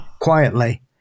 quietly